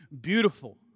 beautiful